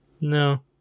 No